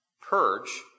purge